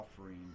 offering